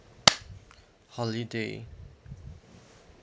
holiday